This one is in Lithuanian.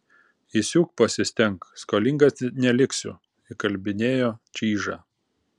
įsiūk pasistenk skolingas neliksiu įkalbinėjo čyžą